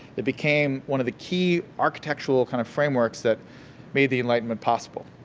it became one of the key architectural kind of frameworks that made the enlightenment possible.